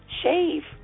shave